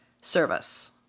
Service